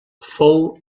fou